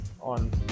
on